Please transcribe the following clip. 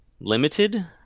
limited